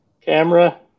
camera